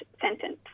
sentence